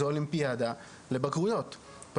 זו אולימפיאדה לבגרויות,